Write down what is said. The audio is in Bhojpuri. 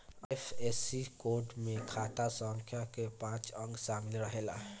आई.एफ.एस.सी कोड में खाता संख्या कअ पांच अंक शामिल रहेला